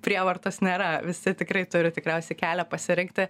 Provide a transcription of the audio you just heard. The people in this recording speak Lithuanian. prievartos nėra visi tikrai turi tikriausiai kelią pasirinkti